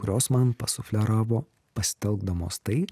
kurios man pasufleravo pasitelkdamos tai